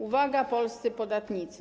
Uwaga, polscy podatnicy.